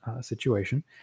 situation